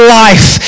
life